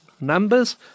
numbers